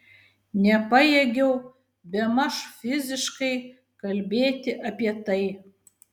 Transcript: nepajėgiau bemaž fiziškai kalbėti apie tai